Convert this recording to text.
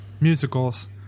musicals